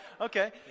okay